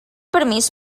permís